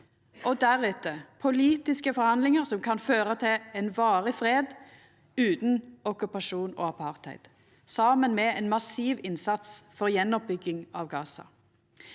må ein ha politiske forhandlingar som kan føra til ein varig fred utan okkupasjon og apartheid, saman med ein massiv innsats for gjenoppbygging av Gaza.